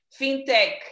FinTech